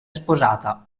sposata